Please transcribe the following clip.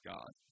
God